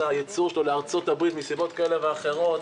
הייצור שלו לארצות הברית בשל סיבות כאלה ואחרות,